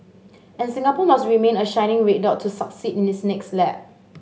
and Singapore must remain a shining red dot to succeed in its next lap